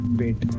wait